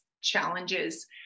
challenges